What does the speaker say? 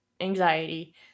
anxiety